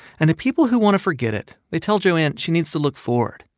and the people who want to forget it, they tell joanne she needs to look forward,